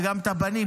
וגם את הבנים,